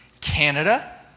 Canada